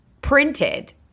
printed